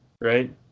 right